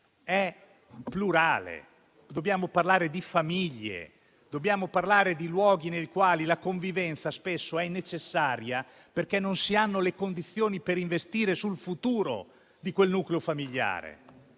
è plurale. Dobbiamo parlare di famiglie. Dobbiamo parlare di luoghi nei quali la convivenza spesso è necessaria, perché non si hanno le condizioni per investire sul futuro di quel nucleo familiare;